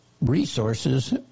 resources